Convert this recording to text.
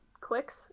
clicks